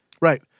right